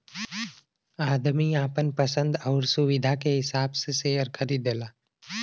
आदमी आपन पसन्द आउर सुविधा के हिसाब से सेअर खरीदला